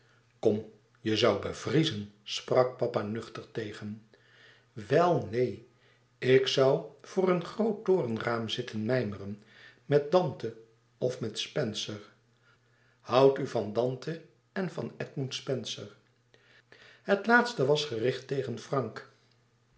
kom je zoû bevriezen sprak papa nuchter tegen wel neen ik zou voor een groot torenraam zitten mijmeren met dante of met spencer houdt u van dante en van edmund spencer het laatste was gericht tegen frank